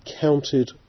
counted